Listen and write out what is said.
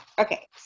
Okay